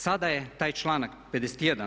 Sada je taj članak 51.